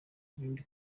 ibindi